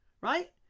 right